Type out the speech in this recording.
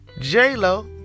J-Lo